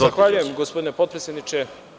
Zahvaljujem gospodine potpredsedniče.